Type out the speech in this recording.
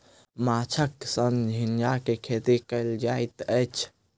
माँछक संग झींगा के खेती कयल जाइत अछि